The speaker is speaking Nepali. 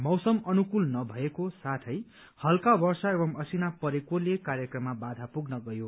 मौसम अनुकूल नभएको साथै हल्का वर्षा एवं असिना परेकोले कार्यक्रममा बाधा पुग्न गयो